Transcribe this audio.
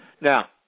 Now